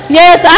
yes